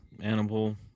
animal